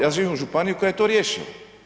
Ja živim o županiji koja je to riješila.